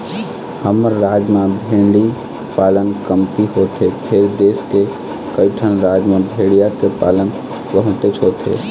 हमर राज म भेड़ी पालन कमती होथे फेर देश के कइठन राज म भेड़िया के पालन बहुतेच होथे